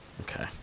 Okay